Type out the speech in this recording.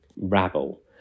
rabble